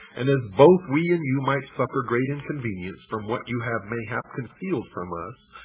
and as both we and you might suffer great inconvenience from what you have mayhap concealed from us,